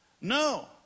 No